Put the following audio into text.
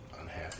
unhappy